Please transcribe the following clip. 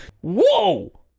Whoa